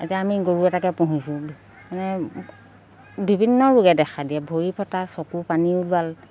এতিয়া আমি গৰু এটাকে পুহিছোঁ মানে বিভিন্ন ৰোগে দেখা দিয়ে ভৰি ফটা চকু পানী ওলাল